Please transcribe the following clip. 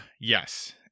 yes